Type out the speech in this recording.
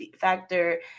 factor